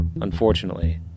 Unfortunately